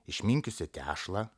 išminkiusi tešlą